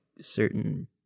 certain